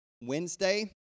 Wednesday